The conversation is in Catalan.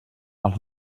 els